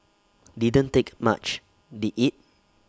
didn't take much did IT